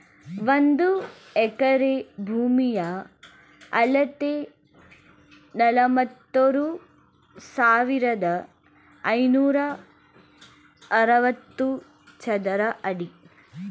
ಒಂದು ಎಕರೆ ಭೂಮಿಯ ಅಳತೆ ನಲವತ್ಮೂರು ಸಾವಿರದ ಐನೂರ ಅರವತ್ತು ಚದರ ಅಡಿ